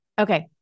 Okay